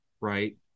right